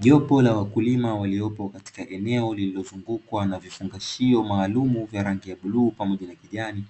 Jopo la wakulima waliopo katika eneo lililozungukwa na vifungashio maalumu vya rangi ya bluu pamoja na kijani,